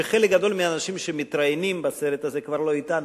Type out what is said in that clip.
שחלק מגדול מהאנשים שמתראיינים בסרט הזה כבר לא אתנו.